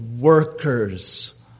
workers